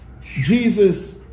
Jesus